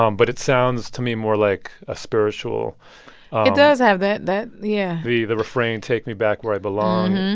um but it sounds to me more like a spiritual. it does have that that yeah. the the refrain, take me back where i belong.